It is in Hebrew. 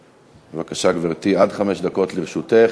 בבקשה, גברתי, עד חמש דקות לרשותך.